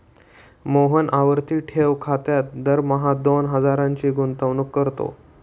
मोहन आवर्ती ठेव खात्यात दरमहा दोन हजारांची गुंतवणूक करतो